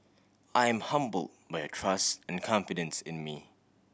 I am humble by your trust and confidence in me